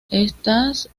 estas